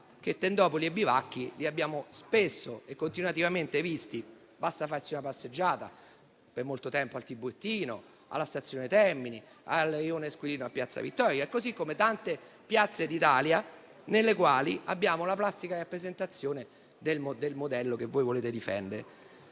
tendopoli e bivacchi li abbiamo spesso e continuativamente visti. Basta farsi una passeggiata al Tiburtino, alla stazione Termini, al rione Esquilino, a piazza Vittorio, così come in tante piazze d'Italia nelle quali abbiamo la plastica rappresentazione del modello che voi volete difendere.